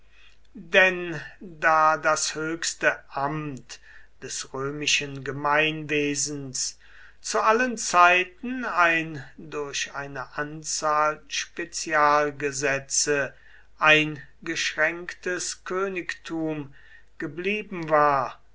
denn da das höchste amt des römischen gemeinwesens zu allen zeiten ein durch eine anzahl spezialgesetze eingeschränktes königtum geblieben war